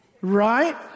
right